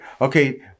Okay